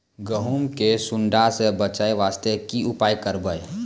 गहूम के सुंडा से बचाई वास्ते की उपाय करबै?